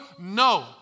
No